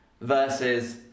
versus